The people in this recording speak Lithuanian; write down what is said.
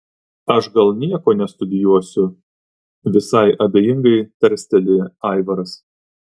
aš gal nieko nestudijuosiu visai abejingai tarsteli aivaras